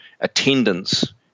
attendance